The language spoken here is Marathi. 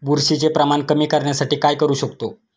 बुरशीचे प्रमाण कमी करण्यासाठी काय करू शकतो?